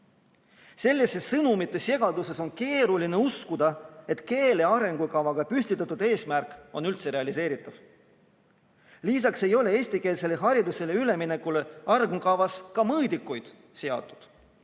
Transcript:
Selles sõnumite segaduses on keeruline uskuda, et keele arengukavaga püstitatud eesmärk on üldse realiseeritav. Lisaks ei ole eestikeelsele haridusele üleminekule arengukavas ka mõõdikuid seatud,